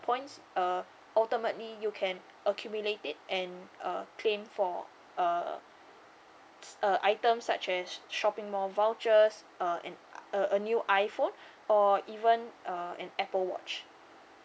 points uh ultimately you can accumulate it and uh claim for uh a item such as shopping mall vouchers uh and a a new iphone or even uh an apple watch